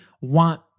want